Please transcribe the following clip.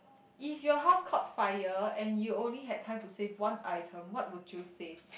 if your house caught fire and you only had time to save one item what would you save